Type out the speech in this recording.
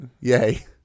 Yay